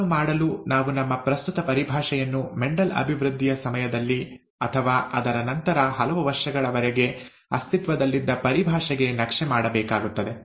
ಅದನ್ನು ಮಾಡಲು ನಾವು ನಮ್ಮ ಪ್ರಸ್ತುತ ಪರಿಭಾಷೆಯನ್ನು ಮೆಂಡೆಲ್ ಅಭಿವೃದ್ಧಿಯ ಸಮಯದಲ್ಲಿ ಅಥವಾ ಅದರ ನಂತರ ಹಲವು ವರ್ಷಗಳವರೆಗೆ ಅಸ್ತಿತ್ವದಲ್ಲಿದ್ದ ಪರಿಭಾಷೆಗೆ ನಕ್ಷೆ ಮಾಡಬೇಕಾಗುತ್ತದೆ